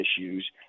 issues